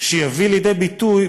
ויביא לידי ביטוי,